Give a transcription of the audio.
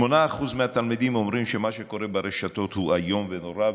8% מהתלמידים אומרים שמה שקורה ברשתות הוא איום ונורא,